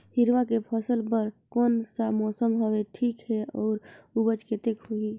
हिरवा के फसल बर कोन सा मौसम हवे ठीक हे अउर ऊपज कतेक होही?